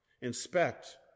Inspect